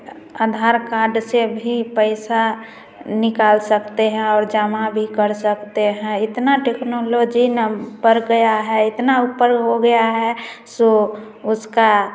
आधार card से भी पैसा निकाल सकते हैं और जमा भी कर सकते हैं इतना टेक्नोलॉजी न बढ़ गया है इतना ऊपर हो गया है सो उसका